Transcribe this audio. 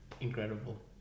incredible